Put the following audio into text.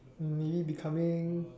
maybe becoming